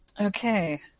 Okay